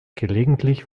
gelegentlich